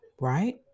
right